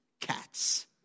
cats